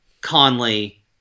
Conley